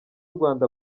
rwanda